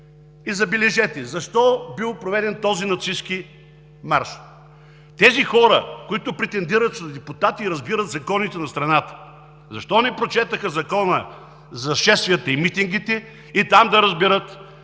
Забележете, защо бил проведен този нацистки марш? Тези хора, които претендират, че са депутати, разбират законите на страната. Защо не прочетоха Закона за събранията, митингите и манифестациите